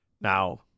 Now